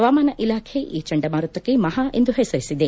ಹವಾಮಾಣ ಇಲಾಖೆ ಈ ಚಂಡಮಾರುತಕ್ಕೆ ಮಹಾ ಎಂದು ಹೆಸರಿಸಿದೆ